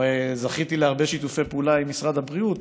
זכיתי להרבה שיתופי פעולה עם משרד הבריאות,